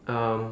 um